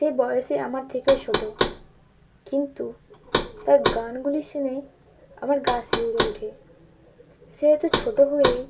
সেই বয়সই আমার থেকেও ছোটো কিন্তু তার গানগুলি শুনে আমার গাছি উড়ে উঠে সে এতো ছোটো হয়েই